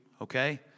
okay